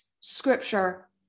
scripture